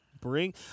bring